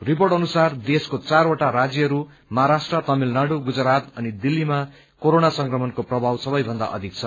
report अनुसार देशको चारवटा राज्यहरू महाराष्ट्र तमिलनाडु गुजरात अनि दिल्लीमा कोरोना संक्रमणको प्रभाव सबैभन्दा अधिक छ